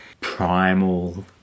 primal